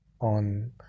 on